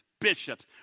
bishops